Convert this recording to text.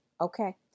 Okay